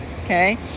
okay